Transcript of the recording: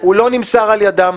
הוא לא נמסר על ידם,